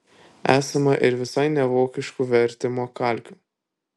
esama ir visai nevokiškų vertimo kalkių